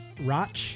Roch